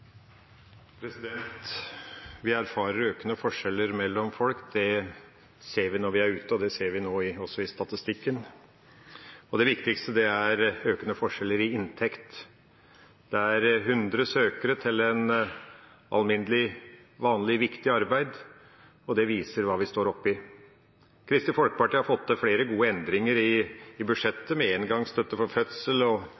ser vi nå også i statistikken. Det viktigste er økende forskjeller i inntekt. Det er hundre søkere til et alminnelig, vanlig viktig arbeid, og det viser hva vi står oppe i. Kristelig Folkeparti har fått til flere gode endringer i budsjettet, med engangsstøtte for fødsel, enslige minstepensjonister og andre tiltak, som vi i